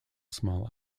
small